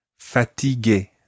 Fatigué